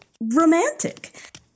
romantic